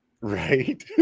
Right